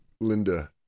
Linda